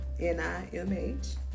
NIMH